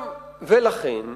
ולכן,